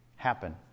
happen